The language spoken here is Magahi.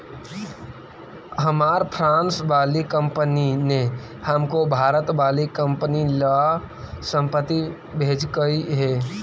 हमार फ्रांस वाली कंपनी ने हमको भारत वाली कंपनी ला संपत्ति भेजकई हे